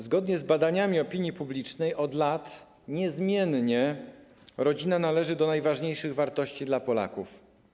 Zgodnie z badaniami opinii publicznej od lat niezmiennie rodzina należy do najważniejszych wartości dla Polaków.